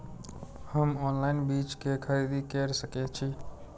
हम ऑनलाइन बीज के खरीदी केर सके छी?